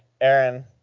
Aaron